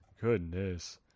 goodness